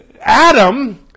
Adam